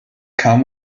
come